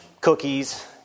cookies